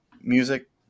music